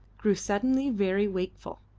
grew suddenly very wakeful.